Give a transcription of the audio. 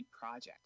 Project